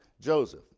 Joseph